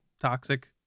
toxic